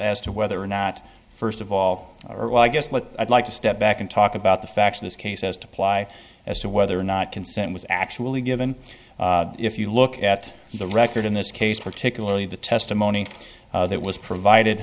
as to whether or not first of all or well i guess what i'd like to step back and talk about the facts of this case has to apply as to whether or not consent was actually given if you look at the record in this case particularly the testimony that was provided